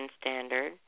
Standard